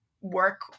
work